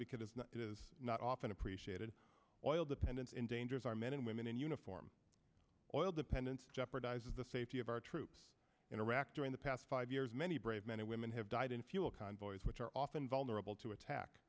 because it is not often appreciated oil dependence endangers our men and women in uniform oil dependence jeopardizes the safety of our troops in iraq during the past five years many brave men and women have died in fuel convoys which are often vulnerable to attack